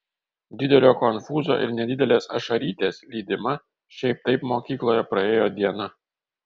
didelio konfūzo ir nedidelės ašarytės lydima šiaip taip mokykloje praėjo diena